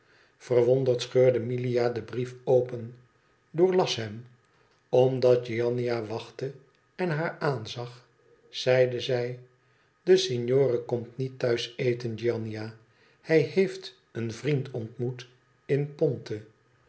verwonderd scheurde milia den brief open doorlas hem omdat giannina wachtte en haar aanzag zeide zij de signore komt niet thuis eten giannina hij heeft een vriend ontmoet in